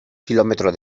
kilómetro